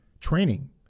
training